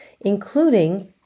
including